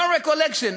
No recollection,